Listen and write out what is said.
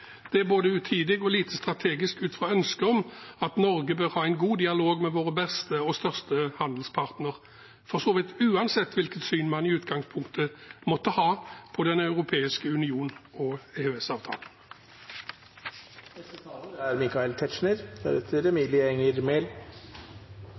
Det er både utidig og lite strategisk ut fra ønsket om at Norge bør ha en god dialog med vår beste og største handelspartner, for så vidt uansett hvilket syn man i utgangspunktet måtte ha på den europeiske union og